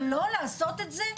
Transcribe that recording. אבל לא לעשות את זה,